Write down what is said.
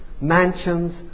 mansions